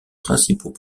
principaux